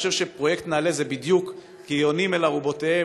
אני חושב שפרויקט נעל"ה זה בדיוק כיונים אל ארובותיהן,